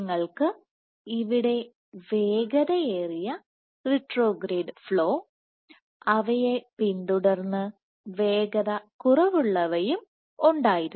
നിങ്ങൾക്ക് ഇവിടെ വേഗതയേറിയ റിട്രോഗ്രേഡ് ഫ്ലോ അവയെ പിന്തുടർന്ന് വേഗത കുറവുള്ളവയും ഉണ്ടായിരുന്നു